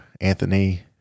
Anthony